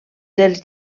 dels